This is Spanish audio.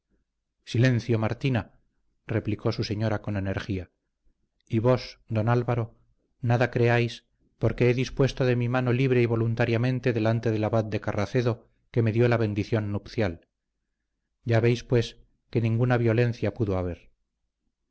silencio martina replicó su señora con energía y vos don álvaro nada creáis porque he dispuesto de mi mano libre y voluntariamente delante del abad de carracedo que me dio la bendición nupcial ya veis pues que ninguna violencia pudo haber